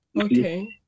Okay